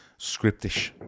scriptish